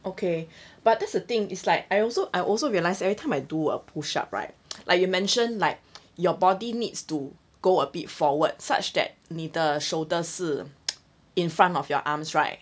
okay but that's the thing is like I also I also realise everytime I do a push up right like you mentioned like your body needs to go a bit forward such that 你的 shoulder 是 in front of your arms right